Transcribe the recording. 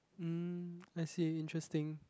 mm let's see interesting